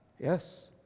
Yes